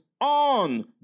on